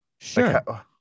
Sure